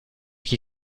qui